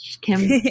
Kim